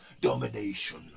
domination